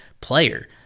player